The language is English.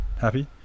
Happy